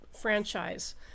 franchise